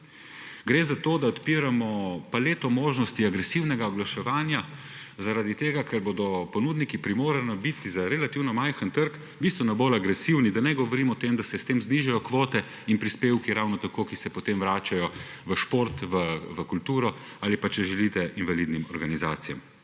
Gre za to, da odpiramo paleto možnosti agresivnega oglaševanja, zaradi tega ker bodo ponudniki primorani biti za relativno majhen trg bistveno bolj agresivni, da ne govorim o tem, da se s tem znižajo kvote in ravno tako prispevki, ki se potem vračajo v šport, v kulturo ali pa, če želite, invalidnim organizacijam.